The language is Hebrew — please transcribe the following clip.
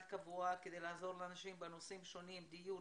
כדי לעזור לאנשים בנושאים שונים כמו דיור,